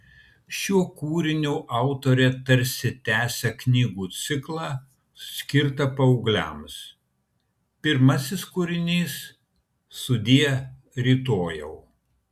šiuo kūriniu autorė tarsi tęsia knygų ciklą skirtą paaugliams pirmasis kūrinys sudie rytojau